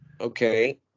Okay